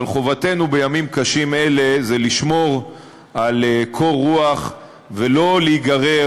אבל חובתנו בימים קשים אלה לשמור על קור רוח ולא להיגרר